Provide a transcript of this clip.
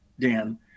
Dan